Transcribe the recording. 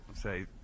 say